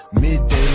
midday